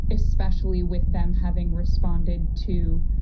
especially with them having responded to.